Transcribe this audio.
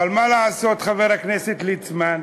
אבל מה לעשות, חבר הכנסת ליצמן?